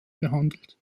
behandelt